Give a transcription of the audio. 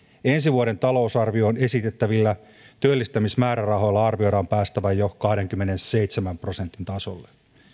ensi vuoden talousarvioon esitettävillä työllistämismäärärahoilla arvioidaan päästävän jo kahdenkymmenenseitsemän prosentin tasolle